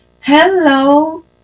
Hello